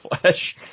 flesh